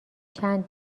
چند